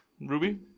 Ruby